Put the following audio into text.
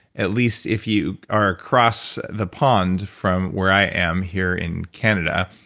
at least if you are across the pond from where i am here in canada,